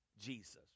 Jesus